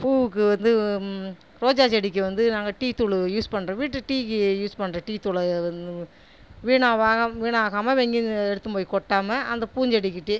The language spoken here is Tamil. பூவுக்கு வந்து ரோஜாச் செடிக்கு வந்து நாங்கள் டீத்தூள் யூஸ் பண்றேன் வீட்டு டீக்கு யூஸ் பண்ற டீத்தூளை வீணாவாகம் வீணாகாமல் இப்போ இங்கேருந்து எடுத்துன்னு போய் கொட்டாமல் அந்த பூஞ்செடிக்கிட்டேயே